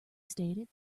stated